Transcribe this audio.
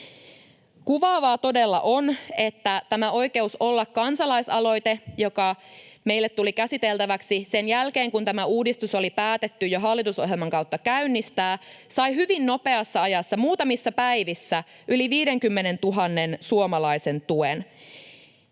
Kuvaavaa todella on, että tämä Oikeus olla ‑kansalaisaloite, joka meille tuli käsiteltäväksi sen jälkeen, kun tämä uudistus oli jo päätetty käynnistää hallitusohjelman kautta, sai hyvin nopeassa ajassa, muutamissa päivissä, yli 50 000 suomalaisen tuen.